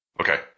Okay